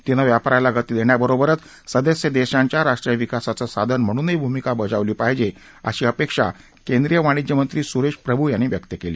तिनं व्यापाराला गती देण्याबरोबरच सदस्य देशांच्या राष्ट्रीय विकासाचं साधन म्हणूनही भूमिका बजावली पाहिजे अशी अपेक्षा केंद्रीय वाणिज्यमंत्री सुरेश प्रभू यांनी व्यक्त केली